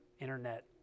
internet